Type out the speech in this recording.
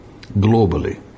globally